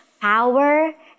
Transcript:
power